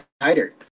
tighter